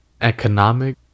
economic